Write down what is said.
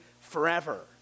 forever